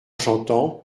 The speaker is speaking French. chantant